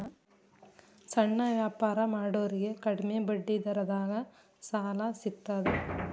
ಸಣ್ಣ ವ್ಯಾಪಾರ ಮಾಡೋರಿಗೆ ಕಡಿಮಿ ಬಡ್ಡಿ ದರದಾಗ್ ಸಾಲಾ ಸಿಗ್ತದಾ?